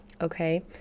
okay